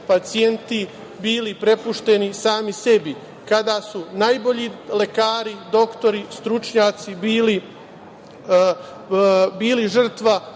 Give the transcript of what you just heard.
pacijenti bili prepušteni sami sebi, kada su najbolji lekari, doktori, stručnjaci, bili žrtva